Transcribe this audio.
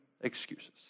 excuses